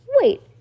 Wait